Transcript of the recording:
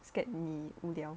scared me 无聊